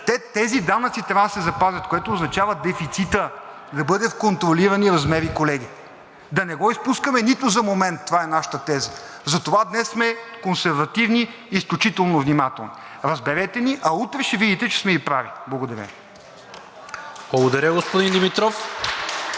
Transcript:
тези данъци трябва да се запазят, което означава дефицитът да бъде в контролирани размери, колеги. Да не го изпускаме нито за момент – това е нашата теза, затова днес сме консервативни и изключително внимателни, разберете ни, а утре ще видите, че сме и прави. Благодаря Ви. (Ръкопляскания от